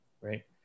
right